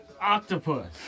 Octopus